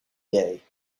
day